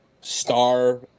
star